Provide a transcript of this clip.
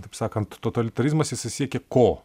taip sakant totalitarizmas jisai siekė ko